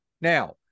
Now